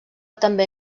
també